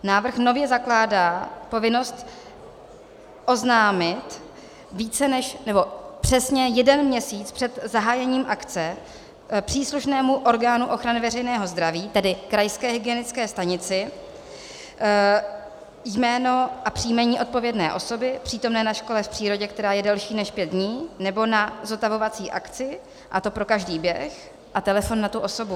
Návrh nově zakládá povinnost oznámit přesně jeden měsíc před zahájením akce příslušnému orgánu ochrany veřejného zdraví, tedy krajské hygienické stanici, jméno a příjmení odpovědné osoby přítomné na škole v přírodě, která je delší než pět dní, nebo na zotavovací akci, a to pro každý běh, a telefon na tu osobu.